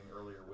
earlier